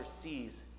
sees